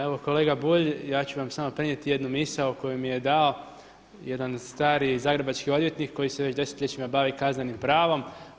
Evo kolega Bulj, ja ću vam samo prenijeti jednu misao koju mi je dao jedan stari zagrebački odvjetnik koji se već desetljećima bavi kaznenim pravom.